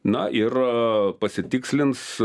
na ir pasitikslins